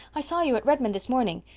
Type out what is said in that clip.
i saw you at redmond this morning.